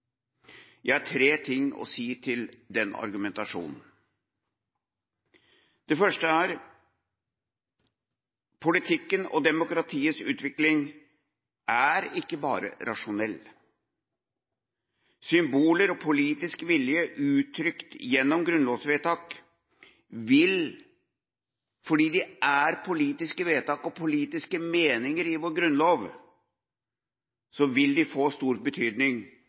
Jeg har tre ting å si til den argumentasjonen: Det første er at politikkens og demokratiets utvikling ikke bare er rasjonell. Symboler og politisk vilje uttrykt gjennom grunnlovsvedtak vil, fordi de er politiske vedtak og politiske meninger i vår grunnlov, få stor betydning,